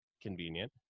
Convenient